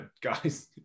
guys